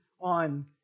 on